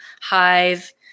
hive